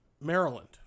Maryland